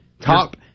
top